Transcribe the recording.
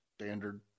standard